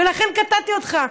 ולכן קטעתי אותך.